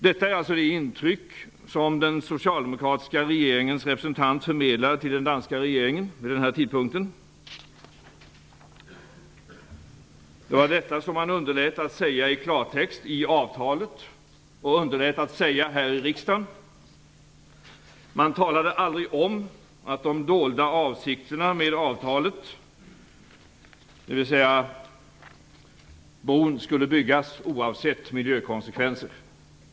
Detta är alltså det intryck som den socialdemokratiska regeringens representant förmedlade till den danska regeringen vid denna tidpunkt. Det var detta som han underlät att säga i klartext i avtalet och underlät att säga här i riksdagen. Man talade aldrig om de dolda avsikterna med avtalet, dvs. att bron skulle byggas oavsett miljökonsekvenser.